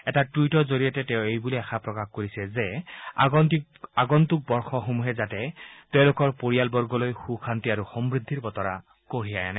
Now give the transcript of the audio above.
এটা টুইটৰ জৰিয়তে তেওঁ এই বুলি আশা প্ৰকাশ কৰিছে আগন্তুক বৰ্ষসমূহে যাতে তেওঁলোকৰ বৰ্গলৈ সুখ শান্তি আৰু সমৃদ্ধিৰ বতৰ কঢ়িয়াই আনে